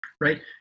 right